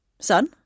Son